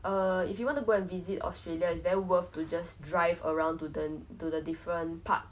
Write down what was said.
I guess but err I thought of vietnam maybe but